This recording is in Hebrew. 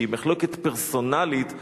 שהיא מחלוקת פרסונלית,